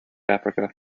africa